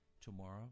Tomorrow